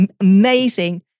amazing